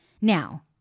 Now